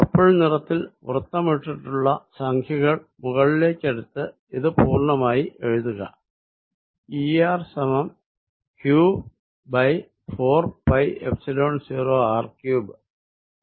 purple നിറത്തിൽ വൃത്തമിട്ടിട്ടുള്ള സംഖ്യകൾ മുകളിലേക്കെടുത്ത് ഇത് പൂർണമായി എഴുതുക Er q 4 ൦r3